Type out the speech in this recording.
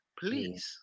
Please